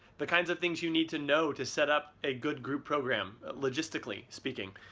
the kinds of things you need to know to set up a good group program, logistically speaking.